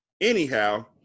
Anyhow